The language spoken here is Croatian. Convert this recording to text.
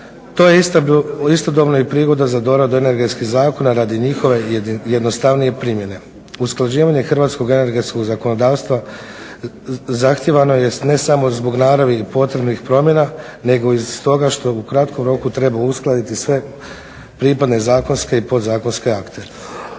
To je istodobno i prigoda za doradu energetskih zakona radi njihove jednostavnije primjene. Usklađivanje hrvatskog energetskog zakonodavstva zahtijevano je ne samo zbog naravi i potrebnih promjena, nego i stoga što u kratkom roku treba uskladiti sve pripadne zakonske i podzakonske akte.